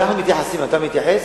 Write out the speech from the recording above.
אנחנו מתייחסים.